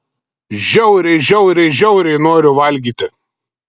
žiauriai žiauriai žiauriai noriu valgyti